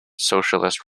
socialist